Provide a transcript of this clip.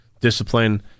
Discipline